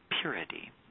purity